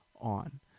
on